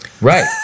Right